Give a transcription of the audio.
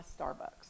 Starbucks